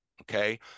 okay